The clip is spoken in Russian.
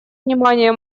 внимание